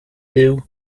puw